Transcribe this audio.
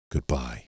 Goodbye